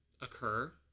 occur